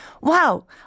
wow